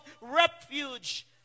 refuge